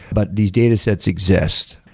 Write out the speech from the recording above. but these datasets exists.